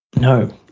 No